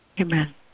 Amen